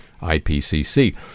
IPCC